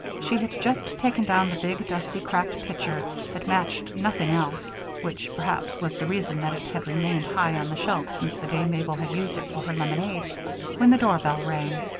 she had just taken down the big, dusty, cracked pitcher that matched nothing else which perhaps was the reason that it had remained high on the shelf since the day mabel had used it for her lemonade when the doorbell rang.